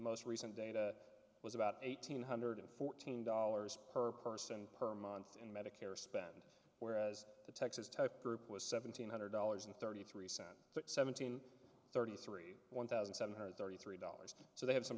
most recent data was about eight hundred fourteen dollars per person per month in medicare spend whereas the texas type group was seven hundred dollars and thirty three cents at seventeen thirty three one thousand seven hundred thirty three dollars so they have some